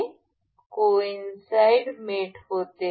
हे कोइनसाईड मेट होते